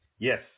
Yes